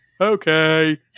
Okay